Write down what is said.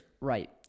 Right